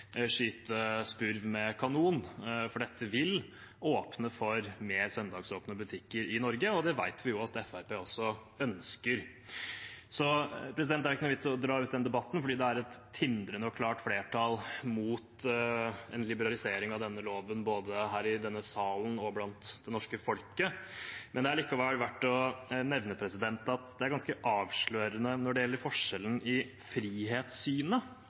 skyte spurv med kanon, for dette vil åpne for mer søndagsåpne butikker i Norge, og det vet vi jo at Fremskrittspartiet også ønsker. Så det er ikke noen vits i å dra ut denne debatten, fordi det er et tindrende klart flertall mot en liberalisering av denne loven, både her i denne salen og blant det norske folket. Det er likevel verdt å nevne at det er ganske avslørende når det gjelder forskjellen i frihetssynet